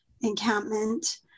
encampment